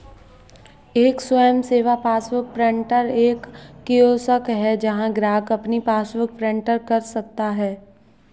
एक स्वयं सेवा पासबुक प्रिंटर एक कियोस्क है जहां ग्राहक अपनी पासबुक प्रिंट कर सकता है